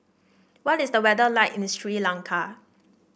what is the weather like in the Sri Lanka